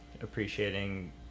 appreciating